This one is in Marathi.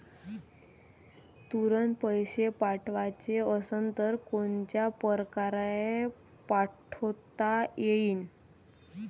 तुरंत पैसे पाठवाचे असन तर कोनच्या परकारे पाठोता येईन?